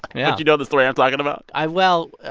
yeah you know the story i'm talking about? i well,